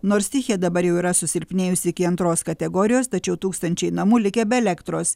nors stichija dabar jau yra susilpnėjusi iki antros kategorijos tačiau tūkstančiai namų likę be elektros